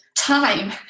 time